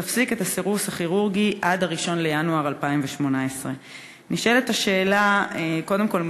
שתפסיק את הסירוס הכירורגי עד 1 בינואר 2018. נשאלת השאלה: קודם כול,